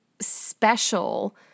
special